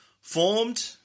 formed